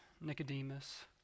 Nicodemus